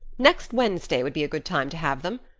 next wednesday would be a good time to have them.